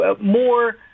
More